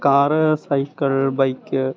car cycle bike